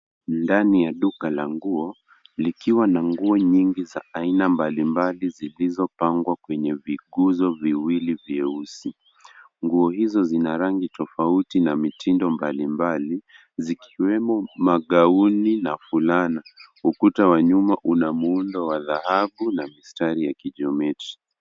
Ndani ya duka la nguo likiwa na nguo nyingi za aina mbalimbali zilizopangwa kwenye viguzo viwili vyeusi. Nguo hizo zina rangi tofauti na mitindo mbalimbali zikiwemo magauni na fulana. Ukuta wa nyuma una muundo wa dhahabu na mistari ya geometry .